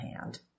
hand